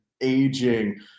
aging